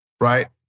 right